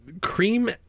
Cream